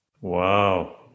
Wow